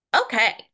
Okay